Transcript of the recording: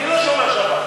מי לא שומר שבת?